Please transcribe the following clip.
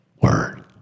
Word